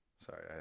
Sorry